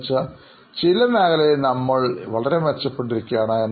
എന്നുവെച്ചാൽ ചില മേഖലയിൽ നമ്മൾ വളരെ മെച്ചപ്പെട്ട ഇരിക്കുകയാണ്